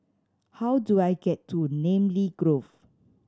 how do I get to Namly Grove